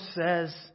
says